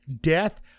death